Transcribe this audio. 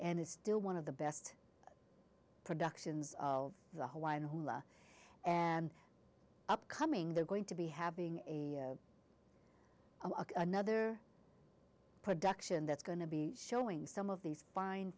and it's still one of the best productions of the hawaiian hula and upcoming they're going to be having another production that's going to be showing some of these fine